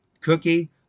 cookie